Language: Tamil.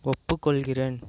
ஒப்புக்கொள்கிறேன்